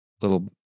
little